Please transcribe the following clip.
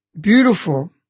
beautiful